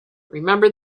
remember